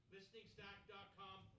ListeningStack.com